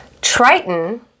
Triton